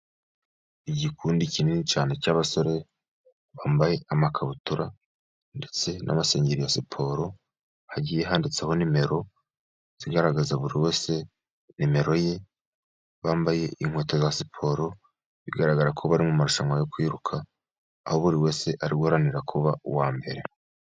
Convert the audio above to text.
Igikundi kinini cyane cy'abasore bambaye amakabutura ndetse n'amasengeri ya siporo hagiye handitseho nimero zigaragaza buri wese nimero ye. Bambaye inkweto za siporo bigaragara ko bari marushanwa yo kwiruka, aho buri wese aharanira kuba uwa mbere.